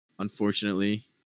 Unfortunately